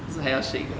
这是还要 shake 的